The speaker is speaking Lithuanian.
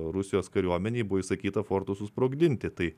rusijos kariuomenei buvo įsakyta fortus susprogdinti tai